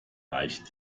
leicht